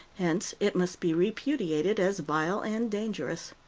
hence it must be repudiated as vile and dangerous.